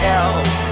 else